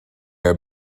are